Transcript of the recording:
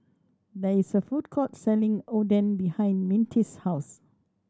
there is a food court selling Oden behind Mintie's house